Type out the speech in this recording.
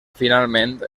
finalment